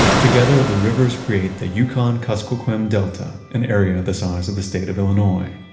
together, the rivers create the yukon-kuskokwim delta, an area the size of the state of illinois.